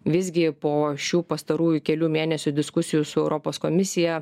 visgi po šių pastarųjų kelių mėnesių diskusijų su europos komisija